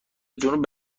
جنوب